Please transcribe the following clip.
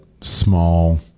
small